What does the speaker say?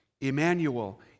Emmanuel